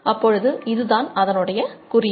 அப்பொழுது இதுதான் அதனுடைய குறியீடு